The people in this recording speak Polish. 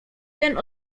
ten